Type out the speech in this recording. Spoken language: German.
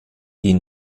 die